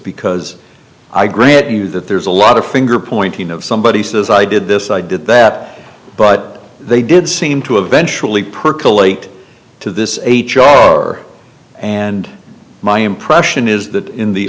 because i grant you that there's a lot of finger pointing of somebody says i did this i did that but they did seem to eventually percolate to this h r and my impression is that in the